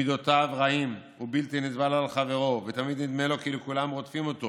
מידותיו רעות ובלתי נסבל על חבריו ותמיד נדמה לו כאילו כולם רודפים אותו